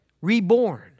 reborn